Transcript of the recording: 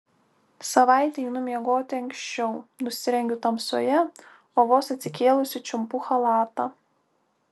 savaitę einu miegoti anksčiau nusirengiu tamsoje o vos atsikėlusi čiumpu chalatą